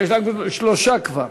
יש שלושה כבר.